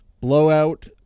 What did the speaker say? Blowout